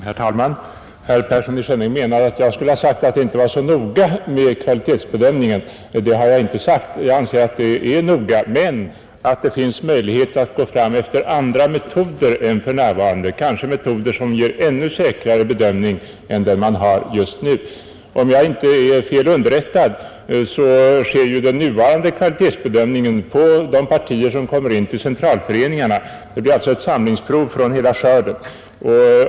Herr talman! Herr Persson i Skänninge menar att jag skulle ha sagt att det inte var så noga med kvalitetsbedömningen. Det har jag inte sagt. Jag anser att det är noga med den. Men jag har sagt att det finns möjligheter att gå fram på andra vägar än man för närvarande gör, genom att använda metoder som kanske ger en ännu säkrare bedömning än den man nu erhåller. Om jag inte är fel underrättad sker den nuvarande kvalitetsbedömningen på de partier som kommer in till centralföreningarna. Det är alltså ett samlingsprov från hela skörden.